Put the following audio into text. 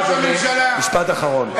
משפט אחרון.